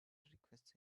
requests